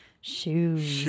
Shoes